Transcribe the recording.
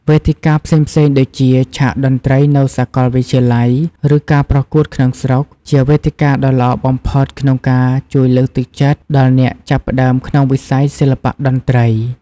វេទិកាផ្សេងៗដូចជា ឆាកតន្ត្រីនៅសាកលវិទ្យាល័យ ឬការប្រកួតក្នុងស្រុក ជាវេទិកាដ៏ល្អបំផុតក្នុងជួយលើកទឹកចិត្តដល់អ្នកចាប់ផ្ដើមក្នុងវិស័យសិល្បៈតន្ត្រី។